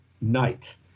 night